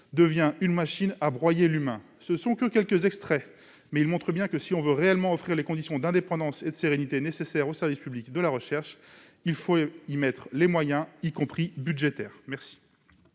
devient une machine à broyer l'humain ». Ce ne sont que quelques extraits, mais ils montrent clairement que, si l'on veut offrir les conditions d'indépendance et de sérénité nécessaires au service public de la recherche, il faut y mettre les moyens, y compris budgétaires. Quel